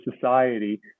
society